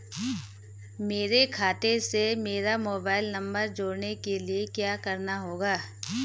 मेरे खाते से मेरा मोबाइल नम्बर जोड़ने के लिये क्या करना होगा?